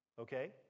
Okay